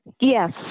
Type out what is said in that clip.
Yes